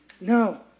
No